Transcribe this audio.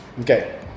Okay